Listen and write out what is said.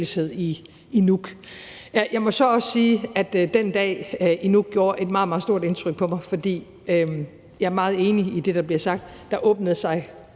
i Nuuk. Jeg må så også sige, at den dag i Nuuk gjorde et meget, meget stort indtryk på mig, for jeg er meget enig i det, der blev sagt: Der åbnede sig